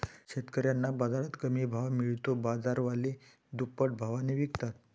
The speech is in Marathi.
शेतकऱ्यांना बाजारात कमी भाव मिळतो, बाजारवाले दुप्पट भावाने विकतात